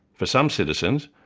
for some citizens,